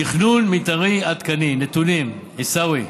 תכנון מתארי עדכני, נתונים, עיסאווי,